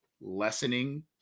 lessening